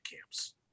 camps